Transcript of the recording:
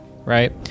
Right